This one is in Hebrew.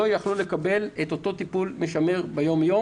לא יכלו לקבל את אותו טיפול משמר ביום-יום